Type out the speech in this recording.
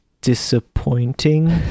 disappointing